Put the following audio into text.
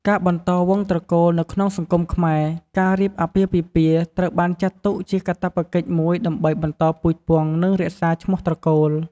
ការបន្តវង្សត្រកូល នៅក្នុងសង្គមខ្មែរ ការរៀបអាពាហ៍ពិពាហ៍ត្រូវបានចាត់ទុកជាកាតព្វកិច្ចមួយ ដើម្បីបន្តពូជពង្ស និងរក្សាឈ្មោះត្រកូល។